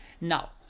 Now